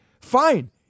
Fine